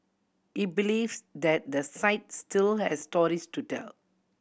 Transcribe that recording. he believes that the site still has stories to tell